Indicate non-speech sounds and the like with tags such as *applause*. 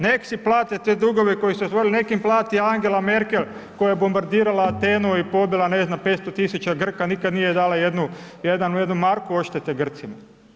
Nek si plate te dugove koji su … *unintelligible* nek im plati Angela Merkel, koja je bombardirala Atenu i pobila, ne znam 500 tisuća Grka, nikada nije dala jednu marku odštete Grcima.